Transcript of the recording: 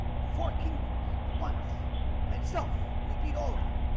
four kingdoms at once by himself, and he beat all of them